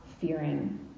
fearing